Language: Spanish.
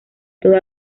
todo